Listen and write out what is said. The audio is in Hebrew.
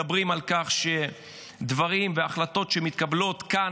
מדברים על כך שדברים והחלטות שמתקבלות כאן